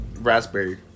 Raspberry